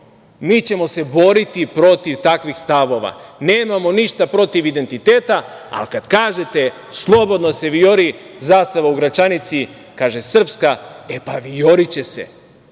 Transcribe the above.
mi ćemo se boriti protiv takvih stavova. Nemamo ništa protiv identiteta, ali kada kažete, slobodno se vijori zastava u Gračanici, kažu, srpska, e pa vijoriće se,